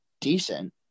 decent